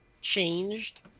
changed